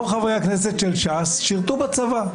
שירתו בצבא,